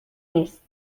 نیست